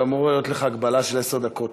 אבל אמורה להיות לך הגבלה של עשר דקות,